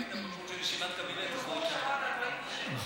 היית ב-mode של ישיבת קבינט, אז, נכון.